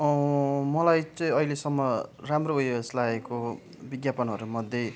मलाई चाहिँ अहिलेसम्म राम्रो यस लागेको विज्ञापनहरू मध्ये